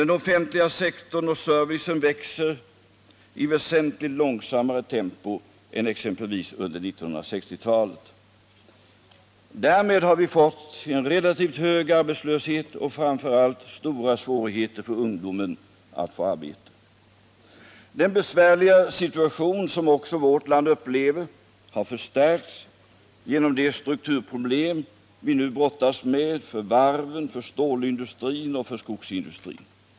Den offentliga sektorn och servicenäringarna växer f. n. i väsentligt långsammare tempo än exempelvis under 1960-talet. Därmed har vi fått en relativt hög arbetslöshet och framför allt stora svårigheter för ungdomen att få arbete. Den besvärliga situation som vårt land upplever har förstärkts genom de strukturproblem vi nu brottas med när det gäller varven, stålindustrin och skogsindustrin.